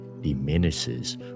diminishes